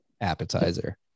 appetizer